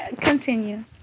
Continue